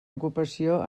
ocupació